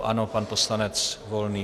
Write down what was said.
Ano, pan poslanec Volný.